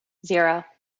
zero